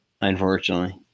unfortunately